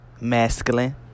masculine